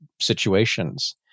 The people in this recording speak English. situations